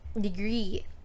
degree